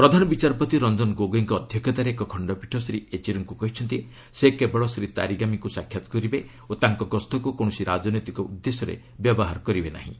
ପ୍ରଧାନବିଚାରପତି ରଞ୍ଜନ ଗୋଗେଇଙ୍କ ଅଧ୍ୟକ୍ଷତାରେ ଏକ ଖଶ୍ଚପୀଠ ଶ୍ରୀ ୟେଚୁରୀଙ୍କୁ କହିଛନ୍ତି ସେ କେବଳ ଶ୍ରୀ ତାରିଗାମିଙ୍କୁ ସାକ୍ଷାତ୍ କରିବେ ଓ ତାଙ୍କ ଗସ୍ତକୁ କୌଣସି ରାଜନୈତିକ ଉଦ୍ଦେଶ୍ୟରେ ବ୍ୟବହାର କରିବେ ନାହିଁ